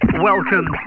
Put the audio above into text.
Welcome